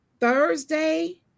Thursday